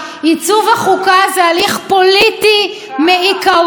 עיצוב החוקה הוא הליך פוליטי מעיקרו.